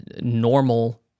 normal